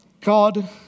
God